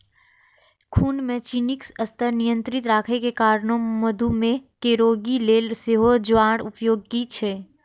खून मे चीनीक स्तर नियंत्रित राखै के कारणें मधुमेह के रोगी लेल सेहो ज्वार उपयोगी छै